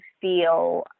feel